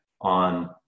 on